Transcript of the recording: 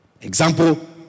Example